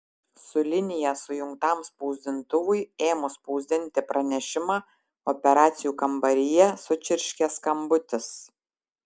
su linija sujungtam spausdintuvui ėmus spausdinti pranešimą operacijų kambaryje sučirškė skambutis